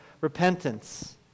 repentance